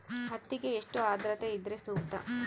ಹತ್ತಿಗೆ ಎಷ್ಟು ಆದ್ರತೆ ಇದ್ರೆ ಸೂಕ್ತ?